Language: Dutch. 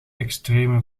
extremen